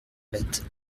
bête